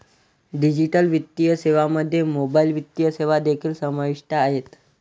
digital वित्तीय सेवांमध्ये mobile वित्तीय सेवा देखील समाविष्ट आहेत